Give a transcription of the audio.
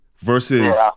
Versus